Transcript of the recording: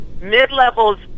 Mid-levels